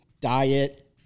diet